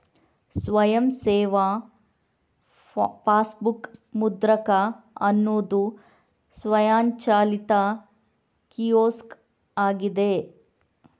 ಸ್ವಯಂ ಸೇವಾ ಪಾಸ್ಬುಕ್ ಮುದ್ರಕ ಅನ್ನುದು ಸ್ವಯಂಚಾಲಿತ ಕಿಯೋಸ್ಕ್ ಆಗಿದೆ